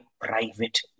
private